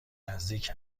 نزدیک